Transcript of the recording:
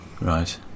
Right